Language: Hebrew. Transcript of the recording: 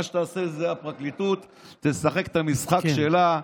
מה שאתה עושה: הפרקליטות תשחק את המשחק שלה.